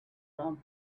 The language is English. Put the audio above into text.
round